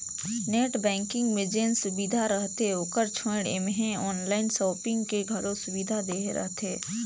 net banking मे जेन सुबिधा रहथे ओकर छोयड़ ऐम्हें आनलाइन सापिंग के घलो सुविधा देहे रहथें